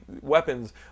weapons